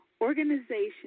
Organization